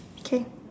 okay